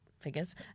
figures